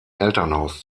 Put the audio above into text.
elternhaus